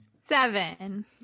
seven